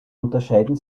unterscheiden